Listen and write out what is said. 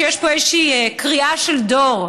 שיש פה איזושהי קריאה של דור.